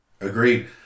Agreed